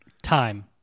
Time